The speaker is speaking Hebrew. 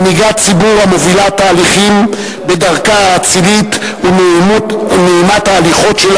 מנהיגת ציבור המובילה תהליכים בדרכה האצילית ונעימת ההליכות,